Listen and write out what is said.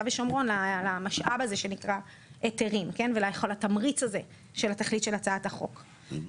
ושומרון למשאב הזה שנקרא היתרים ולתמריץ הזה של התכלית של הצעת החוק.